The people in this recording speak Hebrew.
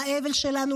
באבל שלנו,